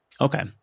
Okay